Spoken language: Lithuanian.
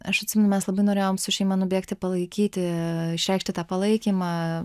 aš atsimenu mes labai norėjom su šeima nubėgti palaikyti išreikšti tą palaikymą